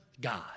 God